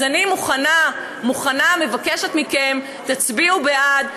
אז אני מבקשת מכם, תצביעו בעד.